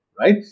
right